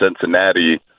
Cincinnati